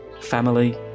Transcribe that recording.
Family